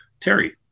Terry